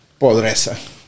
Podresa